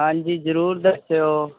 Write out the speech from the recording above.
ਹਾਂਜੀ ਜ਼ਰੂਰ ਦੱਸਿਓ